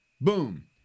boom